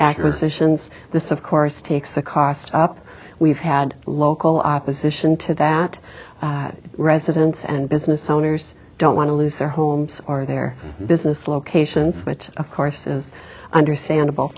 acquisitions this of course takes the cost up we've had local opposition to that residents and business owners don't want to lose their homes or their business locations which of course is understandable